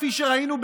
כפי שראינו,